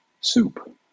soup